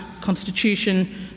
Constitution